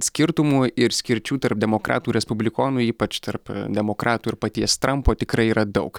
skirtumų ir skirčių tarp demokratų ir respublikonų ypač tarp demokratų ir paties trampo tikrai yra daug